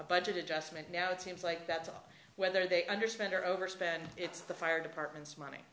a budget adjustment now it seems like that's whether they understand or overspend it's the fire department's money